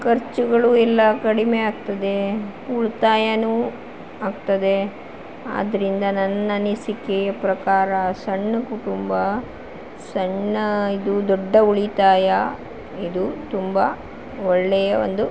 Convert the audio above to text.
ಖರ್ಚುಗಳು ಎಲ್ಲ ಕಡಿಮೆ ಆಗ್ತದೆ ಉಳಿತಾಯವೂ ಆಗ್ತದೆ ಆದ್ರಿಂದ ನನ್ನ ಅನಿಸಿಕೆಯ ಪ್ರಕಾರ ಸಣ್ಣ ಕುಟುಂಬ ಸಣ್ಣ ಇದು ದೊಡ್ಡ ಉಳಿತಾಯ ಇದು ತುಂಬ ಒಳ್ಳೆಯ ಒಂದು